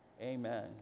Amen